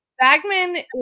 Bagman